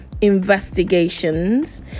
investigations